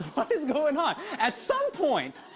what is going on? at some point,